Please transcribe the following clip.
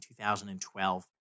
2012